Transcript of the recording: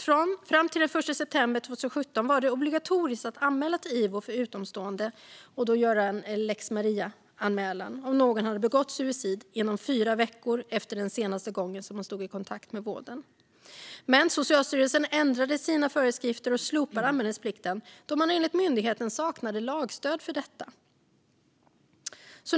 Fram till den 1 september 2017 var det obligatoriskt att anmäla till Ivo, att göra en lex Maria-anmälan, om någon hade begått suicid inom fyra veckor efter den senaste gången den personen stått i kontakt med vården. Men Socialstyrelsen ändrade sina föreskrifter och slopade anmälningsplikten, då man enligt myndigheten saknade lagstöd för detta.